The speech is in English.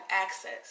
access